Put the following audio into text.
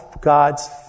God's